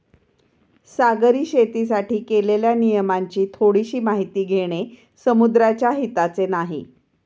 सागरी शेतीसाठी केलेल्या नियमांची थोडीशी माहिती घेणे समुद्राच्या हिताचे नाही